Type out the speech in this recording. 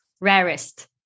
rarest